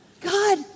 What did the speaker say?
God